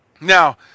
Now